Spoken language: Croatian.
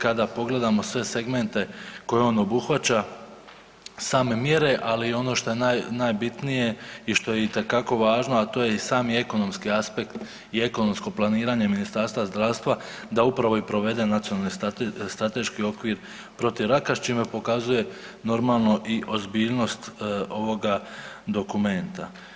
Kada pogledamo sve segmente koje on obuhvaća same mjere, ali i ono šta je najbitnije i što itekako važno, a to je i sami ekonomski aspekt i ekonomsko planiranje Ministarstva zdrava da upravo i provede nacionalni strateški okvir protiv raka s čime pokazuje normalno i ozbiljnost ovoga dokumenta.